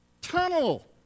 tunnel